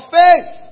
faith